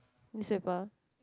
newspaper